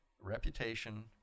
reputation